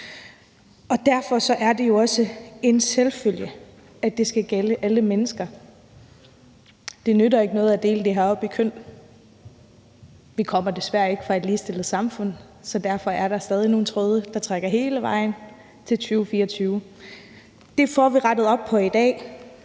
derfor er det jo også en selvfølge, at det skal gælde alle mennesker; det nytter ikke noget at dele det her op i køn. Vi kommer desværre ikke fra et ligestillet samfund, og derfor er der stadig nogle tråde, der er trukket hele vejen op til 2024. Det får vi rettet op på i dag.